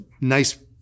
nice